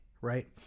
right